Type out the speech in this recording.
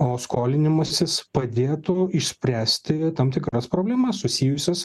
o skolinimasis padėtų išspręsti tam tikras problemas susijusias